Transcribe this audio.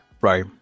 Right